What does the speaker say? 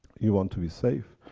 you want to be safe,